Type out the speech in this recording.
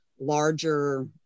larger